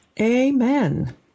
Amen